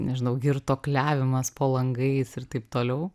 nežinau girtuokliavimas po langais ir taip toliau